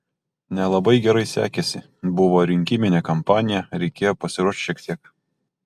nelabai gerai sekėsi buvo rinkiminė kampanija reikėjo pasiruošt šiek tiek